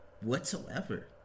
whatsoever